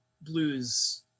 blues